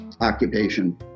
occupation